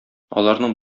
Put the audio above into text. аларның